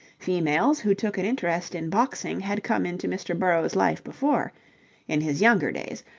females who took an interest in boxing had come into mr. burrowes' life before in his younger days,